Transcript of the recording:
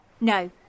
No